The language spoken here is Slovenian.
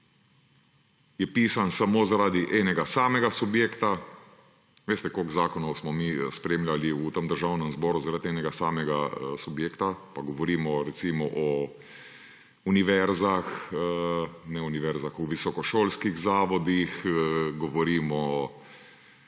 je pisan samo zaradi enega samega subjekta. Veste, koliko zakonom smo mi sprejemali v Državnem zboru zaradi enega samega subjekta? Pa govorimo o univerzah, ne univerzah, o visokošolskih zavodih, govorimo o